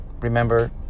Remember